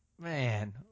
Man